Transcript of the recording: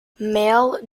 male